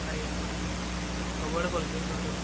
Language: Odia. ଆଜ୍ଞା ସବୁଆଡ଼େ ପରିଷ୍କାର ପରିଚ୍ଛନ୍ନ